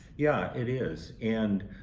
yeah, it is. and